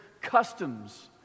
customs